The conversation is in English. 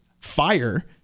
fire